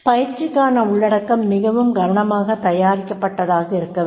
பயிற்சிக்கான உள்ளடக்கம் மிகவும் கவனமாகத் தயாரிக்கப்பட்டதாக இருக்க வேண்டும்